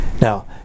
Now